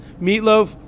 Meatloaf